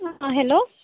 অঁ হেল্ল'